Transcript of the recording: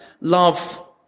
love